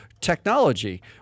technology